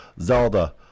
Zelda